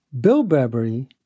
Bilberry